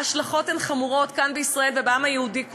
ההשלכות הן חמורות, כאן בישראל ובעם היהודי כולו.